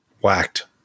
whacked